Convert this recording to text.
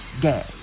gay